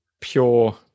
pure